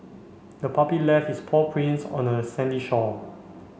the puppy left its paw prints on the sandy shore